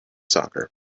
soccer